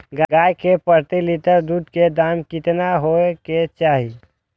गाय के प्रति लीटर दूध के दाम केतना होय के चाही?